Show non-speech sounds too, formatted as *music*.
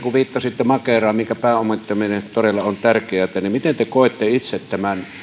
*unintelligible* kun viittasitte makeraan minkä pääomittaminen todella on tärkeätä niin haluaisin kuulla ministerin näkemyksen miten te koette itse tämän